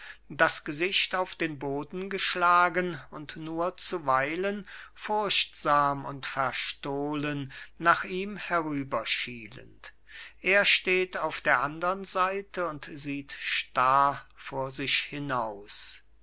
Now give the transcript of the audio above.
das gesicht auf den boden geschlagen und nur zuweilen furchtsam und verstohlen nach ihm hinüberschielend er steht auf der andern seite und sieht starr vor sich hinaus